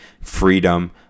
freedom